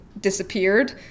disappeared